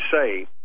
say